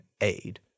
aid